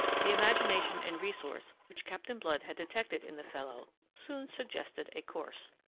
the imagination and resource which captain blood had detected in the fellow soon suggested a course.